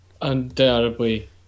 Undoubtedly